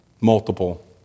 Multiple